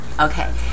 okay